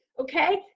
Okay